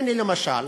הנה, למשל,